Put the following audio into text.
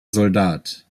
soldat